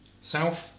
south